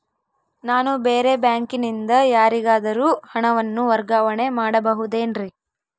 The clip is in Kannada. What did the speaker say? ನಾನು ಬೇರೆ ಬ್ಯಾಂಕಿನಿಂದ ಯಾರಿಗಾದರೂ ಹಣವನ್ನು ವರ್ಗಾವಣೆ ಮಾಡಬಹುದೇನ್ರಿ?